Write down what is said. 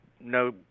no